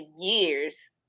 years